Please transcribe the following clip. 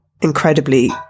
incredibly